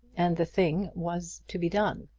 and the thing was to be done.